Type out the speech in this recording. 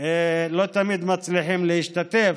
לא תמיד מצליחים להשתתף.